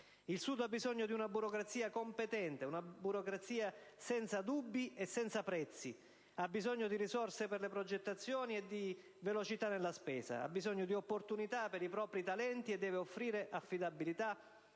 Il Sud ha bisogno poi di una burocrazia competente, una burocrazia senza dubbi e senza prezzi. Ha bisogno di risorse per le progettazioni e di velocità nella spesa; ha bisogno di opportunità per i propri talenti e deve offrire affidabilità,